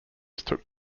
took